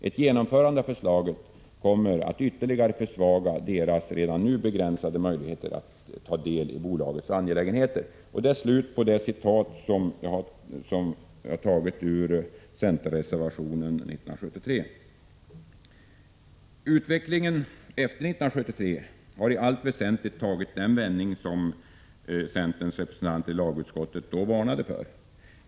Ett genomförande av förslaget kommer att ytterligare försvaga deras redan nu begränsade möjligheter att ta del i bolagets angelägenheter.” Utvecklingen efter 1973 har i allt väsentligt tagit den vändning som centerns representanter i lagutskottet då varnade för.